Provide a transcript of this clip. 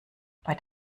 bei